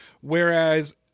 Whereas